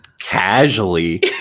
casually